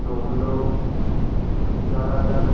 तो हम लोग ज़्यादातर